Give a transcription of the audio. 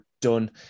done